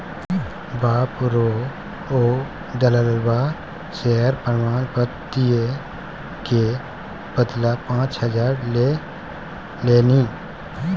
बाप रौ ओ दललबा शेयर प्रमाण पत्र दिअ क बदला पाच हजार लए लेलनि